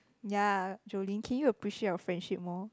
ya Joelyn can you appreciate our friendship more